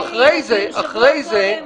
אחרי זה -- הודיעו שבוע קודם,